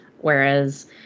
Whereas